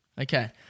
Okay